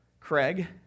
Craig